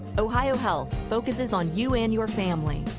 ohio health focuses on you and your family,